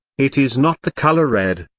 it is not the colour red,